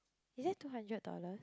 is that two hundred dollar